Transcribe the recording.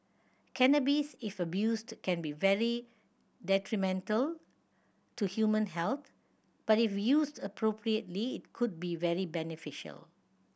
cannabis if abused can be very detrimental to human health but if used appropriately it could be very beneficial